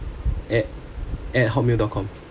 at at hotmail dot com